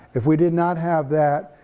if we did not have that,